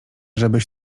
żebyś